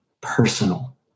personal